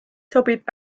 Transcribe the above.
sobib